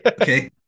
Okay